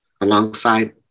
alongside